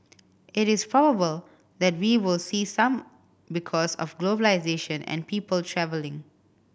it is probable that we will see some because of globalisation and people travelling